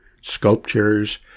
sculptures